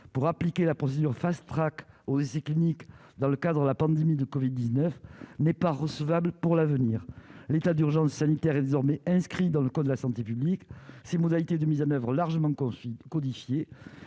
pour appliquer la procédure Fast Track aux cliniques dans le cadre la pandémie de Covid 19 n'est pas recevable pour l'avenir, l'état d'urgence sanitaire est désormais inscrit dans le code de la santé publique, ses modalités de mise en Oeuvres largement confie